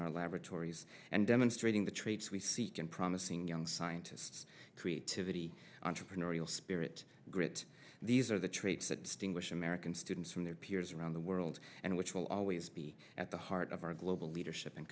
our laboratories and demonstrating the traits we seek in promising young scientists creativity entrepreneurial spirit grit these are the traits that sting wish american students from their peers around the world and which will always be at the heart of our global leadership and